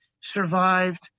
survived